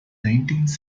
nineteenth